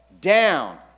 down